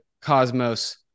Cosmos